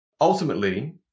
ultimately